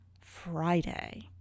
Friday